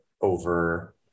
over